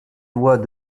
lois